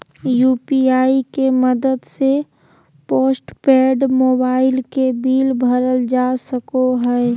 UPI के मदद से पोस्टपेड मोबाइल के बिल भरल जा सको हय